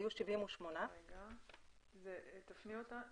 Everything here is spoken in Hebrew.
היו 78. אפילו יותר.